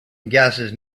gases